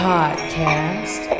Podcast